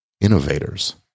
innovators